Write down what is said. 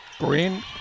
Green